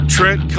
Trent